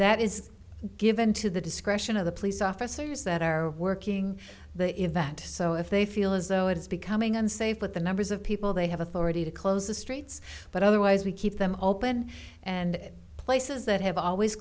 that is given to the discretion of the police officers that are working the event so if they feel as though it is becoming unsafe with the numbers of people they have authority to close the streets but otherwise we keep them open and places that have always